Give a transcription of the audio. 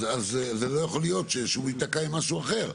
אז זה לא יכול להיות שהוא יתקע עם משהו אחר.